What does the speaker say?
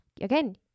again